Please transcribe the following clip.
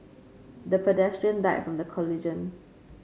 the pedestrian died from the collision